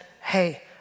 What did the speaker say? hey